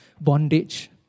bondage